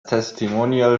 testimonial